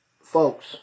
folks